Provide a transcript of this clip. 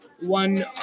one